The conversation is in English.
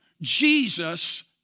Jesus